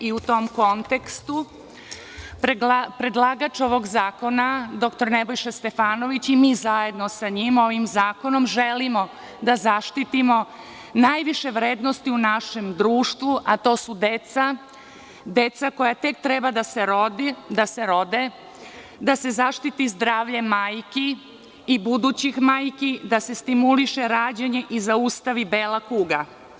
U tom kontekstu predlagač ovog zakona dr Nebojša Stefanović i mi zajedno sa njim, ovim zakonom želim da zaštitimo najviše vrednosti u našem društvu, a to su deca, deca koja tek treba da se rode, da se zaštiti zdravlje majki i budućih majki, da se stimuliše rađanje i zaustavi bela kuga.